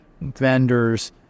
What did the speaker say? vendors